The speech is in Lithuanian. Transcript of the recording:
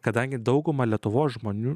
kadangi dauguma lietuvos žmonių